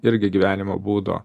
irgi gyvenimo būdo